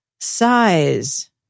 Size